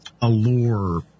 allure